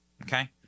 okay